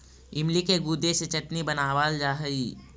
इमली के गुदे से चटनी बनावाल जा हई